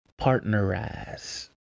partnerize